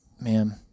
man